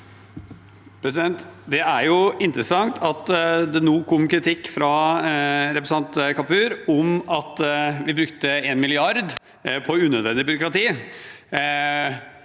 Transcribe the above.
Det er inter- essant at det nå kom kritikk fra representanten Kapur om at vi brukte 1 mrd. kr på unødvendig byråkrati